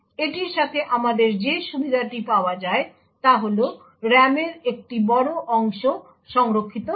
এটির সাথে আমাদের যে সুবিধাটি পাওয়া যায় তা হল RAM এর একটি বড় অংশ সংরক্ষিত হয়